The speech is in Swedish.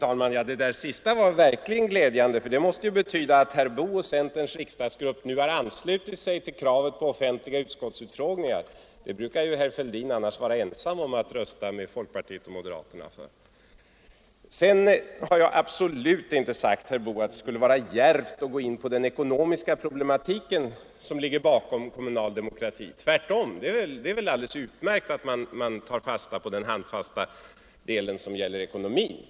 Herr talman! Det där sista var verkligen glädjande, för det måste ju betyda att herr Boo och centerns riksdagsgrupp nu har anslutit sig till kravet på offentliga utskottsutfrågningar. Det brukar herr Fälldin annars vara ensam om att rösta för tillsammans med folkpartiet och moderaterna. Sedan har jag absolut inte sagt, herr Boo, att det skulle vara djärvt att gå in på den ekonomiska problematik som ligger bakom kommunal demokrati. Tvärtom, det är väl alldeles utmärkt att man tar fasta på den handfasta del som gäller ekonomi.